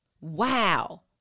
Wow